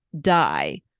die